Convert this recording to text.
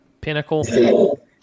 pinnacle